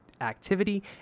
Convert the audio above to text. activity